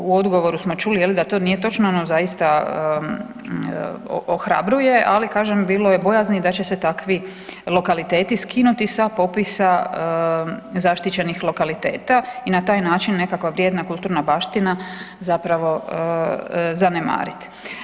U odgovoru smo čuli da to nije točno, no zaista ohrabruje, ali kažem bilo je bojazni da će se takvi lokaliteti skinuti sa popisa zaštićenih lokaliteta i na taj način nekakva vrijedna kulturna baština zapravo zanemarit.